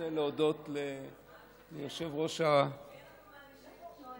אדוני היושב-ראש, חבריי חברי הכנסת, א.